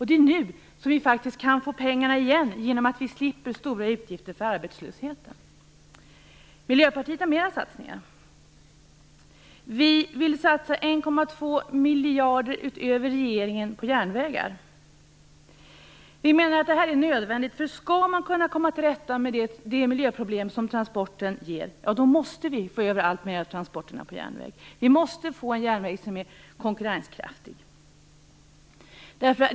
Det är nu som vi faktiskt kan få pengarna tillbaka genom att vi slipper stora utgifter för arbetslösheten. Miljöpartiet har mera satsningar. Vi vill satsa 1,2 miljarder kronor utöver regeringens förslag på järnvägar. Vi menar att det är nödvändigt. Om man skall komma till rätta med de miljöproblem som transporten ger, måste vi få över alltmer av transporterna på järnväg. Vi måste få en järnväg som är konkurrenskraftig.